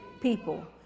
people